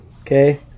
okay